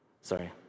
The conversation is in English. Sorry